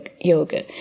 yoga